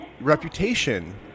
reputation